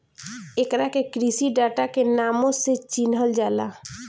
एकरा के कृषि डाटा के नामो से चिनहल जाला